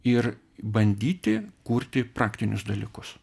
ir bandyti kurti praktinius dalykus